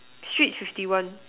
street fifty one